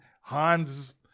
Hans